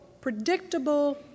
predictable